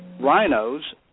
Rhinos